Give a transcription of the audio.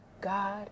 god